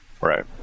Right